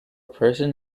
person